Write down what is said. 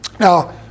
Now